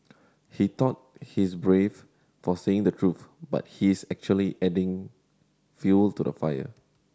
he thought he's brave for saying the truth but he's actually adding fuel to the fire